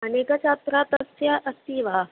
अनेकाः छात्राः तस्य अस्ति वा